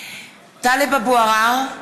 בשמות חברי הכנסת) טלב אבו עראר,